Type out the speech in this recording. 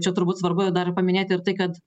čia turbūt svarbu dar paminėti ir tai kad